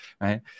Right